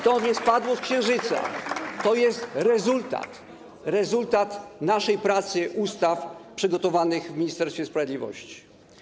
To nie spadło z księżyca, to jest rezultat naszej pracy, ustaw przygotowanych w Ministerstwie Sprawiedliwości.